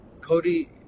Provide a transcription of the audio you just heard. Cody